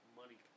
money